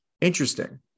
Interesting